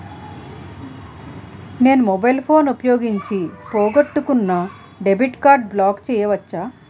నేను mobile phone ఉపయోగించి పోగొట్టుకున్న డెబిట్ కార్డ్ని బ్లాక్ చేయవచ్చా?